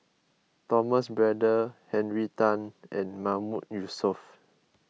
Thomas Braddell Henry Tan and Mahmood Yusof